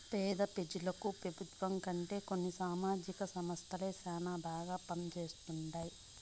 పేద పెజలకు పెబుత్వం కంటే కొన్ని సామాజిక సంస్థలే శానా బాగా పంజేస్తండాయి